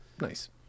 Nice